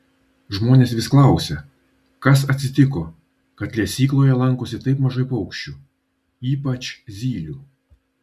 žmonės vis klausia kas atsitiko kad lesykloje lankosi taip mažai paukščių ypač zylių